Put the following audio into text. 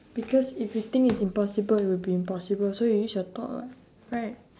because if you think it's impossible it will be impossible so you use your thought [what] right